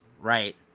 Right